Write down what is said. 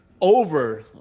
over